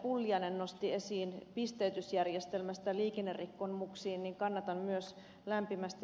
pulliainen nosti esiin pisteytysjärjestelmästä liikennerikkomuksiin kannatan myös lämpimästi